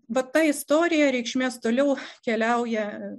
vat ta istorija reikšmės toliau keliauja